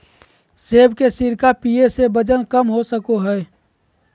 सेब के सिरका पीये से वजन कम हो सको हय